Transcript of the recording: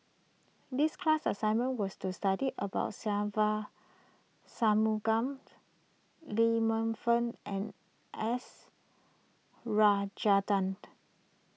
this class assignment was to study about Se Ve Shanmugam Lee Man Fong and S Rajendran